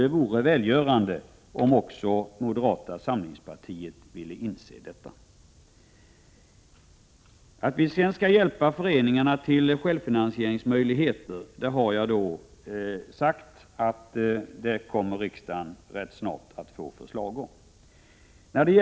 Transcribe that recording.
Det vore välgörande om även moderata samlingspartiet ville inse det. Vi skall hjälpa föreningarna till självfinansieringsmöjligheter, och jag har sagt att riksdagen snart kommer att få ett förslag om detta.